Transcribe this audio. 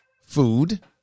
food